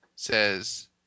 says